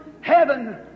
heaven